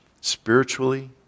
Spiritually